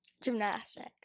Gymnastics